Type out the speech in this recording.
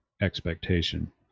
expectation